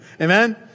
Amen